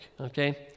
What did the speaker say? Okay